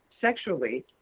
sexually